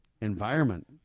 environment